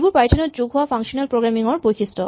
এইবোৰ পাইথন ত যোগ হোৱা ফাংচনেল প্ৰগ্ৰেমিং ৰ বৈশিষ্ট